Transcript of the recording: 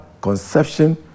conception